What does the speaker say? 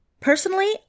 Personally